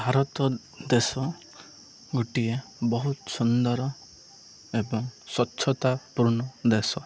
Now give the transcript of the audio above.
ଭାରତ ଦେଶ ଗୋଟିଏ ବହୁତ ସୁନ୍ଦର ଏବଂ ସ୍ୱଚ୍ଛତାପୂର୍ଣ୍ଣ ଦେଶ